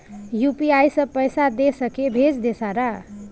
UPI से पैसा दे सके भेज दे सारा?